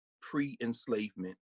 pre-enslavement